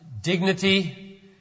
dignity